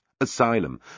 asylum